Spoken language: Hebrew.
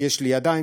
יש לי ידיים,